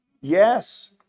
Yes